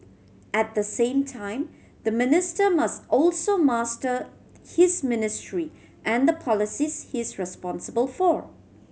at the same time the minister must also master his ministry and the policies he is responsible for